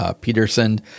Peterson